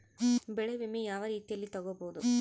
ಬೆಳೆ ವಿಮೆ ಯಾವ ರೇತಿಯಲ್ಲಿ ತಗಬಹುದು?